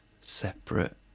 separate